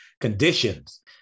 conditions